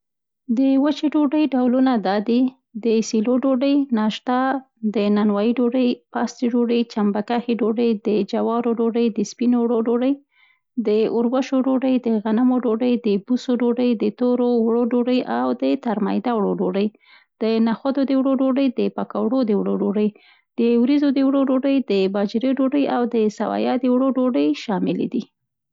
د وچې ډوډۍ ډولونه دا دي: د سیلو ډوډۍ، ناشتا، د نوایي ډودۍ، پاستي ډوډۍ، چمبښکې ډوډۍ، د جوارو ډوډۍ، د سپینو وړو ډوډۍ. د اوربشو ډوډۍ، د غنمو ډوډۍ، د بسو ډوډۍ، د تورو وړو ډوډۍ او د ترمیده وړو ډوډۍ. د نخودو د وړو ډوډۍ، د پکوړو د وړو ډوډۍ. د وریځو د وړو ډوډۍ، د باجرې ډوډوۍ او د سویا د وړو ډوډۍ شاملې دي.